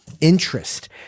interest